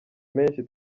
menshi